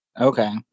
Okay